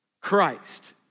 Christ